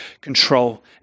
control